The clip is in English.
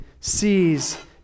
sees